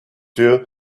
you